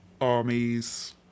Armies